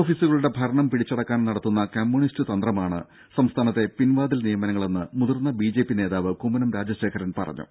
ഓഫീസുകളുടെ ഭരണം പിടിച്ചടക്കാൻ നടത്തുന്ന കമ്മ്യൂണിസ്റ്റ് തന്ത്രമാണ് സംസ്ഥാനത്തെ പിൻവാതിൽ നിയമനങ്ങളെന്ന് മുതിർന്ന ബി ജെ പി നേതാവ് കുമ്മനം രാജശേഖരൻ പറഞ്ഞു